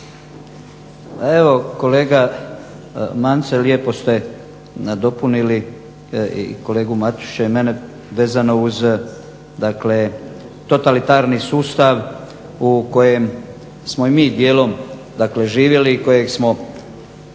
Evo kolega Mance, lijepo ste nadopunili kolegu Matušića i mene vezano uz dakle totalitarni sustav u kojem smo i mi dijelom dakle živjeli, kojeg smo